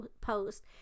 post